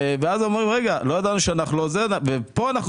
ואז הן אומרות: לא ידענו.